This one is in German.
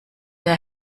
der